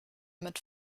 mit